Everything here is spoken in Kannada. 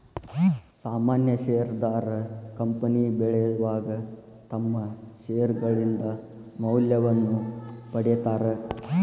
ಸಾಮಾನ್ಯ ಷೇರದಾರ ಕಂಪನಿ ಬೆಳಿವಾಗ ತಮ್ಮ್ ಷೇರ್ಗಳಿಂದ ಮೌಲ್ಯವನ್ನ ಪಡೇತಾರ